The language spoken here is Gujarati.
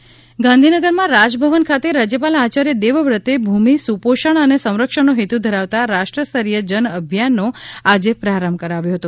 ભૂમિ સુપોષણ રાજયપાલ ગાંધીનગરમાં રાજ ભવન ખાતે રાજ્યપાલ આચાર્ય દેવવ્રતે ભૂમિ સુપોષણ અને સંરક્ષણનો હેતુ ધરાવતા રાષ્ટ્ર સ્તરીય જન અભિયાનનો આજે પ્રારંભ કરાવ્યો હતો